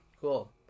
Cool